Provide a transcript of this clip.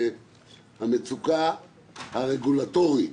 המצוקה הרגולטורית,